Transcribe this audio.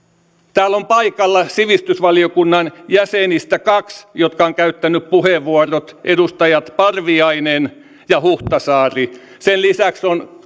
täällä on paikalla sivistysvaliokunnan jäsenistä kaksi jotka ovat käyttäneet puheenvuorot edustajat parviainen ja huhtasaari sen lisäksi on